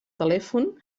telèfon